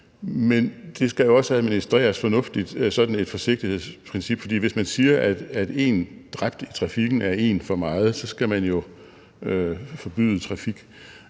skal jo også administreres fornuftigt. For hvis man siger, at én dræbt i trafikken er én for meget, så skal man jo forbyde trafik,